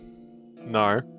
No